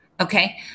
Okay